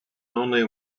only